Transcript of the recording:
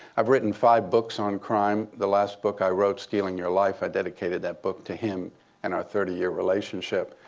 i've written five books on crime. the last book i wrote, stealing your life, i dedicated that book to him and our thirty year relationship.